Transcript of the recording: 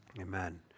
Amen